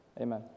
Amen